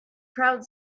crowd